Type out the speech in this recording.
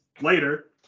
later